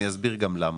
אני אסביר גם למה.